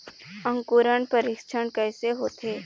अंकुरण परीक्षण कैसे होथे?